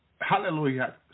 hallelujah